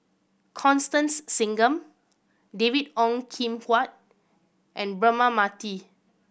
Constance Singam David Ong Kim Huat and Braema Mathi